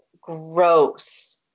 gross